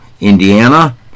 Indiana